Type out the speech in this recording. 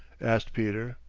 asked peter.